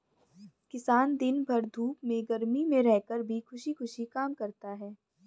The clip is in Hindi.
किसान दिन भर धूप में गर्मी में रहकर भी खुशी खुशी काम करता है